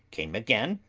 came again,